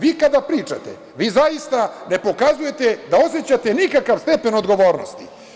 Vi kada pričate, vi zaista ne pokazujete da osećate nikakav stepen odgovornosti.